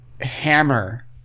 hammer